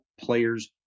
players